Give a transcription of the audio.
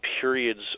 periods